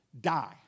die